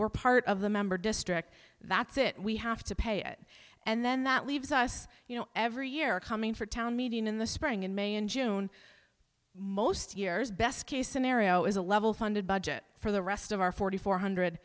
we're part of the member district that's it we have to pay it and then that leaves us you know every year coming for town meeting in the spring in may in june most years best case scenario is a level funded budget for the rest of our forty four hundred